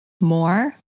more